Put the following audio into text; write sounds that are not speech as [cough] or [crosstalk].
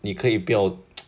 你可以不要 [noise]